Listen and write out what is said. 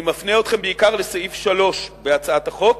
אני מפנה אתכם בעיקר לסעיף 3 בהצעת החוק,